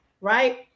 right